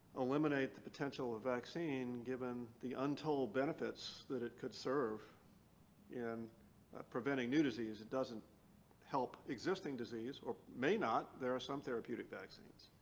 eliminate the potential of vaccine given the untold benefits that it could serve in preventing new diseases. it doesn't help existing disease or may not. there are some therapeutic vaccines.